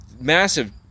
massive